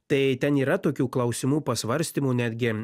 tai ten yra tokių klausimų pasvarstymų netgi